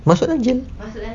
masukkan jail